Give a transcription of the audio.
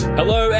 hello